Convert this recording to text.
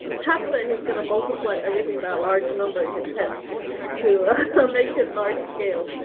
tuck said he's going to multiply everything about large number in his head to make it large-scale.